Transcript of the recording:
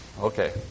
Okay